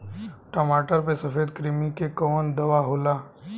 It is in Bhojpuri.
टमाटर पे सफेद क्रीमी के कवन दवा होला?